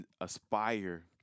aspire